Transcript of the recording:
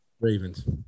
Ravens